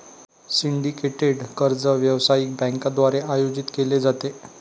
syndicated कर्ज व्यावसायिक बँकांद्वारे आयोजित केले जाते